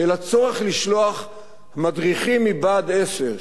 של הצורך לשלוח מדריכים מבה"ד 10,